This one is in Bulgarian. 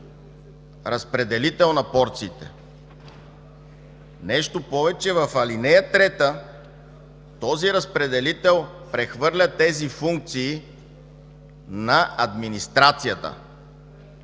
разпределител на порциите. Нещо повече, в ал. 3 този разпределител прехвърля тези функции на администрацията,